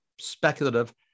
speculative